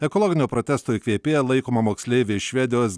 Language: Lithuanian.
ekologinio protesto įkvėpėja laikoma moksleivė švedijos